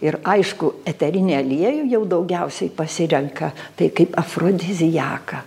ir aišku eterinį aliejų jau daugiausiai pasirenka tai kaip afrodiziaką